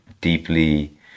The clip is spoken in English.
deeply